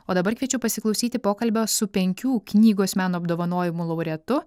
o dabar kviečiu pasiklausyti pokalbio su penkių knygos meno apdovanojimų laureatu